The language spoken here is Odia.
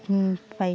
ହୁଁ ପାଇ